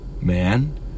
man